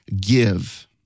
give